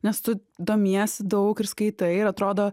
nes tu domiesi daug ir skaitai ir atrodo